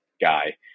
guy